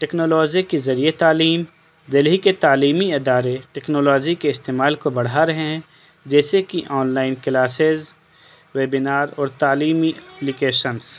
technology کے ذریعے تعلیم دہلی کے تعلیمی ادارے ٹکنالوجی کے استعمال کو بڑھا رہے ہیں جیسے کہ آن لائن کلاسز ویبینار اور تعلیمی اپلیکیشنس